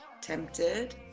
Tempted